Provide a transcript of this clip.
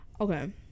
Okay